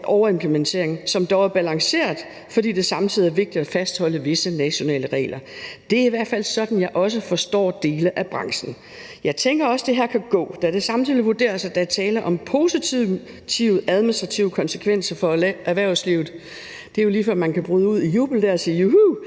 overimplementering, som dog er balanceret, fordi det samtidig er vigtigt at fastholde visse nationale regler. Det er i hvert fald sådan, jeg også forstår dele af branchen. Jeg tænker også, at det her kan gå, da det samtidig vurderes, at der er tale om positive administrative konsekvenser for erhvervslivet. Det er jo lige før, man kan bryde ud i jubel der og sige: Juhu!